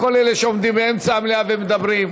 כל אלה שעומדים באמצע המליאה ומדברים.